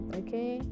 okay